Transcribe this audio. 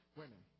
women